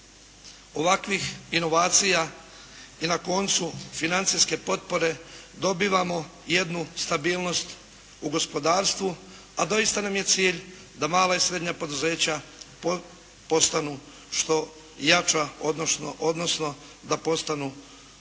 ovakvih inovacija i na koncu financijske potpore dobivamo jednu stabilnost u gospodarstvu. A doista nam je cilj da mala i srednja poduzeća postanu što jača odnosno da postanu što